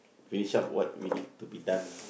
finish up what we need to be done